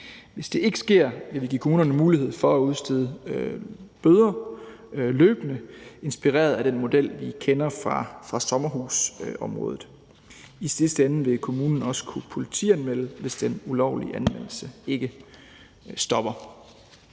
Hvis det ikke sker, vil vi give kommunerne mulighed for løbende at udstede bøder, inspireret af den model, vi kender fra sommerhusområdet. I sidste ende vil kommunen også kunne politianmelde, hvis den ulovlige anvendelse ikke stopper.